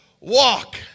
walk